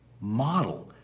model